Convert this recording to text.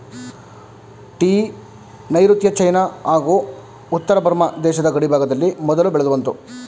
tea ನೈರುತ್ಯ China ಹಾಗೂ ಉತ್ತರ ಬರ್ಮ ದೇಶದ ಗಡಿಭಾಗದಲ್ಲಿ ಮೊದಲು ಬೆಳೆದುಬಂತು